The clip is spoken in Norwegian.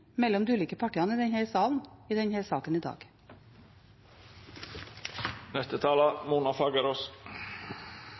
mellom de ulike partiene i denne salen i denne saken i dag.